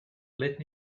let